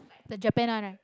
the japan one ah